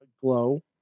Glow